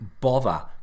bother